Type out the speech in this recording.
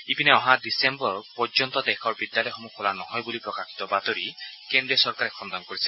ইপিনে অহা ডিচেম্বৰ পৰ্যন্ত দেশৰ বিদ্যালয়সমূহ খোলা নহয় বুলি প্ৰকাশিত বাতৰি কেন্দ্ৰীয় চৰকাৰে খণ্ডন কৰিছে